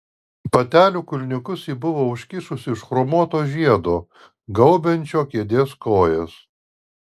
batelių kulniukus ji buvo užkišusi už chromuoto žiedo gaubiančio kėdės kojas